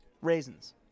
Raisins